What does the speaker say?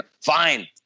Fine